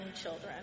children